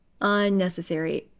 unnecessary